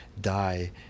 die